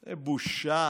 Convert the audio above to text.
בושה.